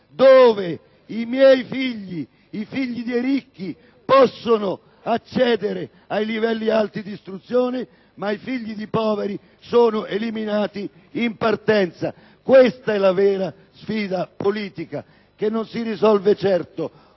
i miei figli, i figli dei ricchi, possono accedere ai livelli alti di istruzione, ma i figli dei poveri sono esclusi in partenza. Questa ela vera sfida politica, che non si risolve certo